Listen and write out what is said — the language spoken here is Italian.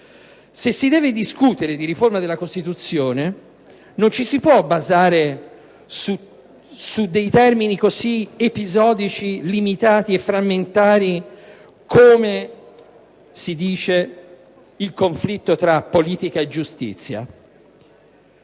Se si deve discutere di riforma della Costituzione, non ci si può basare su termini così episodici, limitati e frammentari come - così si dice - il conflitto tra politica e giustizia.